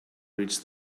reached